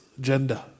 gender